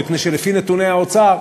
מפני שלפי נתוני האוצר,